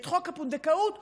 את חוק הפונדקאות דוחפים,